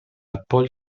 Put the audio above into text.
apple